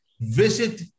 visit